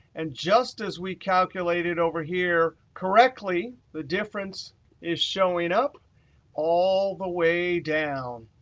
and just as we calculated over here correctly, the difference is showing up all the way down,